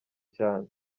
cyane